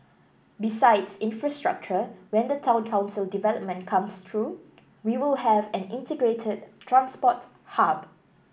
besides infrastructure when the town council development comes through we will have an integrated transport hub